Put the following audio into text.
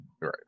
Right